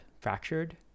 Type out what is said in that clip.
fractured